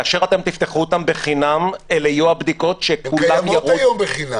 כאשר אתם תפתחו אותן בחינם אלו תהינה הבדיקות שכולם --- הן בחינם.